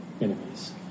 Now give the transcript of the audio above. enemies